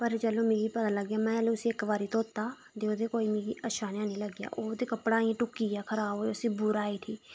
पर जैलूं मिगी पता लग्गेआ जैलूं में उसी पैह्ले बारी धोता ते ओह् मिगी कोई अच्छा निं लग्गेआ ते कपड़ा इं'या ढुकी गेआ उसी इं'या बुर आई उठी